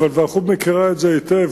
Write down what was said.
אבל ועדת חוץ וביטחון מכירה את זה היטב,